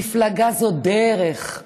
מפלגה זו דרך,